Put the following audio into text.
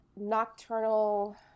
Nocturnal